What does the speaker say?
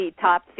top